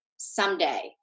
Someday